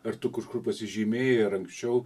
ar tu kažkur pasižymėjai ar anksčiau